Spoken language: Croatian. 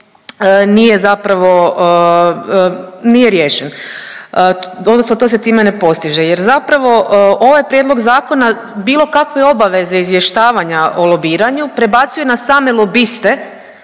nije zapravo nije riješen, odnosno to se time ne postiže jer zapravo ovaj prijedlog zakona bilo kakve obaveze izvještavanja o lobiranju prebacuje na same lobiste,